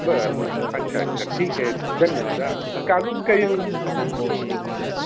बरं बरं बरं अच्छा अच्छा ठीक आहे धन्यवाद हां का अजून काही हां